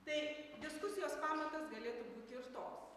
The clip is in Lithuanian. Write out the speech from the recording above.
tai diskusijos pamatas galėtų būti ir toks